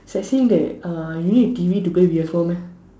such thing that uh you need a T_V to play P_S four meh